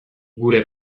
gure